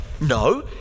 no